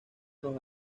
los